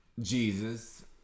Jesus